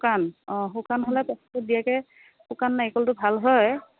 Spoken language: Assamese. শুকান অ শুকান হ'লে শুকান নাৰিকলটো ভাল হয়